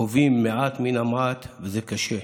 חווים מעט מן המעט, וזה קשה.